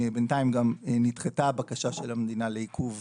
בינתיים גם נדחתה הבקשה של המדינה לעיכוב